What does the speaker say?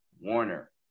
Warner